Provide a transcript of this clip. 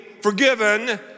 forgiven